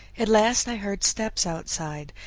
at last i heard steps outside,